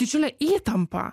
didžiulė įtampa